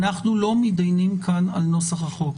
אנחנו לא מתדיינים כאן על נוסח החוק.